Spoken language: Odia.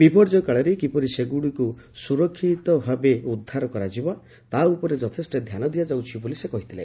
ବିର୍ଯ୍ୟୟ କାଳରେ କିପରି ସେଗୁଡ଼ଇକୁ ସୁରକିତ ଭାବେ ଉଦ୍ଧାର କରାଯିବ ତା' ଉପରେ ଯଥେଷ୍ ଧାନ ଦିଆଯାଉଛି ବୋଳି ସେ କହିଥିଲେ